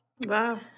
Wow